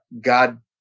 God